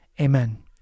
amen